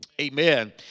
Amen